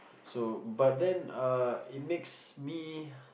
so but then uh it makes me